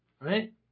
right